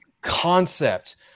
concept